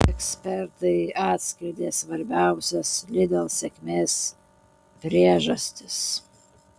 ekspertai atskleidė svarbiausias lidl sėkmės priežastis